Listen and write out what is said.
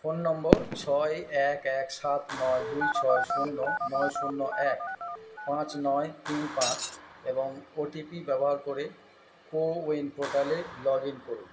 phone নম্বর ছয় এক এক সাত নয় দুই ছয় শূন্য নয় শূন্য এক পাঁচ নয় তিন পাঁচ এবং ওটিপি ব্যবহার করে কোউইন পোর্টালে লগ ইন করুন